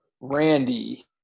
Randy